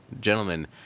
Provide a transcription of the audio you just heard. gentlemen